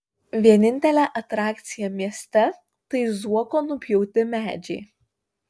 vienintelė atrakcija mieste tai zuoko nupjauti medžiai